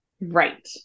Right